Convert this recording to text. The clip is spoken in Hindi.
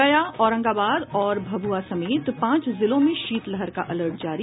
गया औरंगाबाद और भभूआ समेत पांच जिलों में शीतलहर का अलर्ट जारी